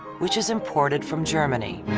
which is imported from germany.